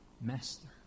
Master